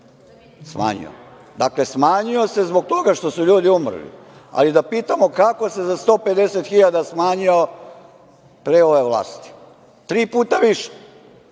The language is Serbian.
smanjio. Dakle, smanjio se zbog toga što su ljudi umrli, ali da pitamo kako se za 150.000 smanjio pre ove vlasti, tri puta više.